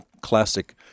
classic